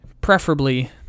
preferably